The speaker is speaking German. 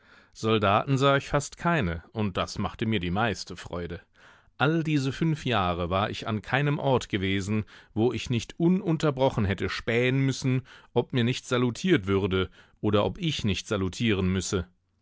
soldaten sah ich fast keine und das machte mir die meiste freude all diese fünf jahre war ich an keinem ort gewesen wo ich nicht ununterbrochen hätte spähen müssen ob mir nicht salutiert würde oder ob ich nicht salutieren müsse